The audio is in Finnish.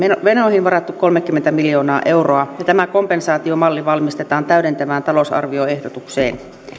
menoihin varattu kolmekymmentä miljoonaa euroa ja tämä kompensaatiomalli valmistetaan täydentävään talousarvioehdotukseen